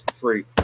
free